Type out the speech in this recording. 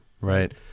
right